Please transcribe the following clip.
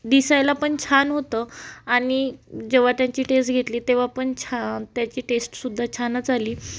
दिसायला पण छान होतं आणि जेव्हा त्यांची टेस्ट घेतली तेव्हापण छा त्याची टेस्टसुद्धा छानच आली